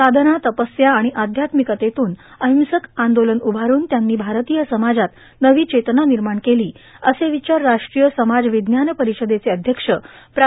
साधना तपस्या आर्गाण आध्यात्मिकतेतून र्राहंसक आंदोलन उभारुन त्यांनी भारतीय समाजात नवी चेतना निमाण केर्ला असे र्ववचार राष्ट्रीय समाज र्णवज्ञान र्पारषदेचे अध्यक्ष प्रो